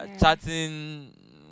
chatting